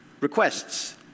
requests